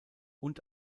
und